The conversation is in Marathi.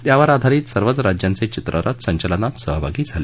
त्यावर आधारित सर्वच राज्यांचे चित्ररथ संचलनात सहभागी झाले